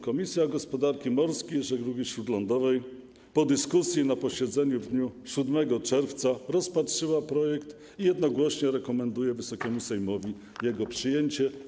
Komisja Gospodarki Morskiej i Żeglugi Śródlądowej po dyskusji na posiedzeniu w dniu 7 czerwca rozpatrzyła projekt i jednogłośnie rekomenduje Wysokiemu Sejmowi jego przyjęcie.